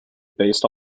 based